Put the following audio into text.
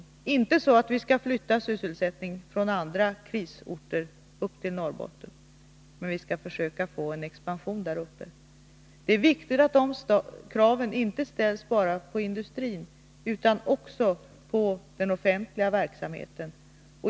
Detta innebär inte att vi skall flytta sysselsättning från andra krisorter upp till Norrbotten, men vi skall försöka få en expansion där uppe. Det är viktigt att dessa krav inte bara ställs på industrin utan även på den offentliga verksamheten.